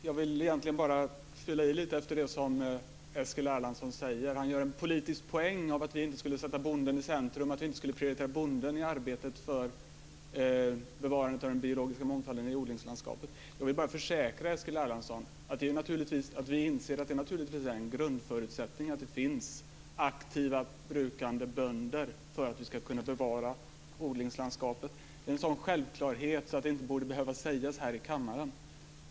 Fru talman! Jag vill bara fylla i lite efter det som Eskil Erlandsson säger. Han gör en politisk poäng av att vi inte skulle sätta bonden i centrum, att vi inte skulle prioritera bonden i arbetet för bevarandet av den biologiska mångfalden i odlingslandskapet. Jag vill bara försäkra Eskil Erlandsson att vi inser att det naturligtvis är en grundförutsättning att det finns aktiva brukande bönder för att vi ska kunna bevara odlingslandskapet. Det är en sådan självklarhet att det inte borde behöva sägas här i kammaren.